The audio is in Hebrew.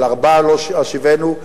על ארבעה לא אשיבנו.